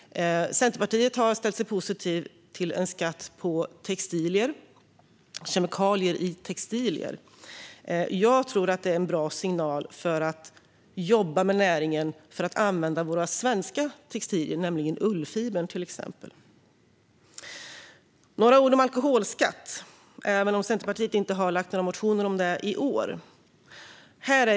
Centerpartiet har ställt sig positivt till en skatt på kemikalier i textilier. Jag tror att det är en bra signal för att jobba med näringen och få den att använda våra svenska textilier, till exempel ullfibern. Jag ska säga några ord om alkoholskatt, även om Centerpartiet inte har väckt några motioner om den i år.